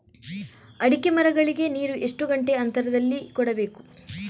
ಅಡಿಕೆ ಮರಗಳಿಗೆ ನೀರು ಎಷ್ಟು ಗಂಟೆಯ ಅಂತರದಲಿ ಕೊಡಬೇಕು?